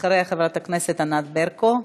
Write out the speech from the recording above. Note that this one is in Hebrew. אחריה, חברת הכנסת מיכל ברקו.